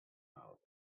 out